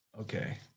Okay